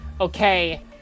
okay